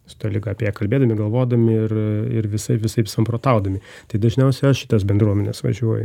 su ta liga apie ją kalbėdami galvodami ir ir visai visaip samprotaudami tai dažniausiai aš į tas bendruomenes važiuoju